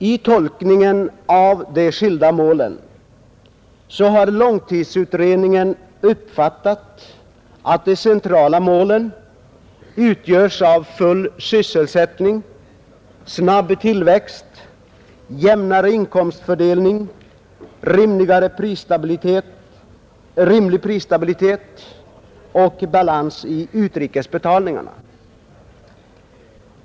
I tolkningen av de skilda målen har långtidsutredningen uppfattat att de centrala målen utgörs av full sysselsättning, snabb tillväxt, jämnare inkomstfördelning, rimlig prisstabilitet och balans i utrikesbetalningarna.